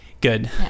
good